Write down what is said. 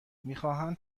میخواهند